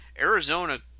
Arizona